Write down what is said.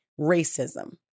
racism